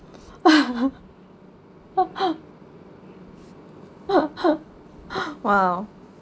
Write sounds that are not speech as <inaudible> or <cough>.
<laughs> !wow!